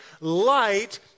light